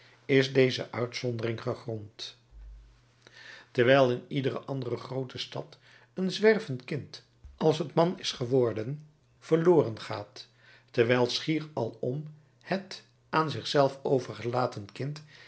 is deze uitzondering gegrond terwijl in iedere andere groote stad een zwervend kind als t man is geworden verloren gaat terwijl schier alom het aan zich zelf overgelaten kind